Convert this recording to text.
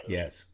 yes